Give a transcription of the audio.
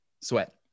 Sweat